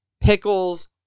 pickles